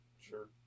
sure